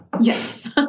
Yes